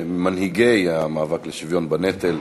ממנהיגי המאבק לשוויון בנטל.